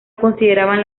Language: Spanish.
consideraban